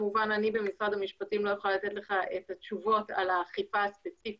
כמובן אני במשרד המשפטים לא יכולה לתת לך את התשובות על האכיפה הספציפית